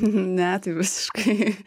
ne tai visiškai